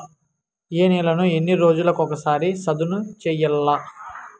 ఏ నేలను ఎన్ని రోజులకొక సారి సదును చేయల్ల?